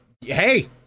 Hey